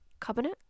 cabinet